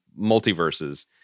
multiverses